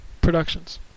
Productions